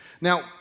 Now